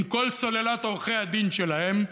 עם כל סוללת עורכי הדין שלהם,